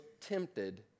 tempted